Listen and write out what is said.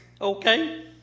Okay